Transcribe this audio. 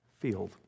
field